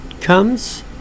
comes